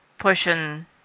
pushing